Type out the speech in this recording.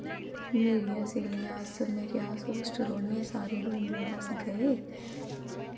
राजमांह् बनिए चोल बनिए अम्बल बनिया खमीरे बनिए